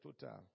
total